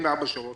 צריך